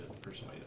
persuade